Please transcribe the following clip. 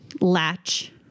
latch